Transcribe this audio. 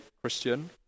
Christian